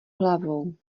hlavou